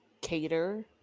cater